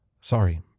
Sorry